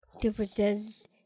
differences